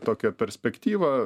tokią perspektyvą